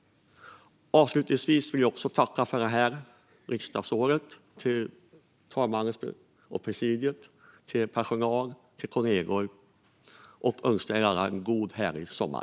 Avslutningsvis vill jag tacka talmanspresidiet, personal och kollegor för det här riksdagsåret och önska er alla en god och härlig sommar.